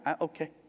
okay